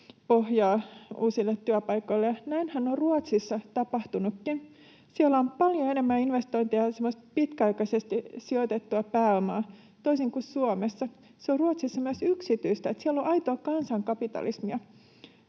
pohjaa uusille työpaikoille. Näinhän on Ruotsissa tapahtunutkin. Siellä on paljon enemmän investointeja ja pitkäaikaisesti sijoitettua pääomaa toisin kuin Suomessa. Se on Ruotsissa myös yksityistä: siellä on aitoa kansankapitalismia.